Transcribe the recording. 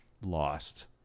lost